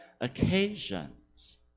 occasions